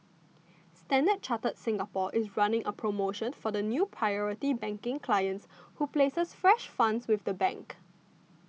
Standard Chartered Singapore is running a promotion for new Priority Banking clients who places fresh funds with the bank